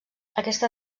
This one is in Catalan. aquesta